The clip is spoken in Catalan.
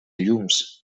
llums